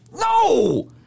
No